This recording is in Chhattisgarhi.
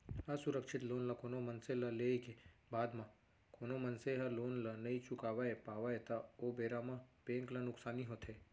असुरक्छित लोन ल कोनो मनसे ह लेय के बाद म कोनो मनसे ह लोन ल नइ चुकावय पावय त ओ बेरा म बेंक ल नुकसानी होथे